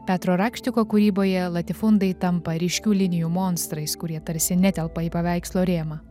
petro rakštiko kūryboje latifundai tampa ryškių linijų monstrais kurie tarsi netelpa į paveikslo rėmą